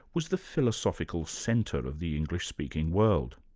was the philosophical centre of the english-speaking world.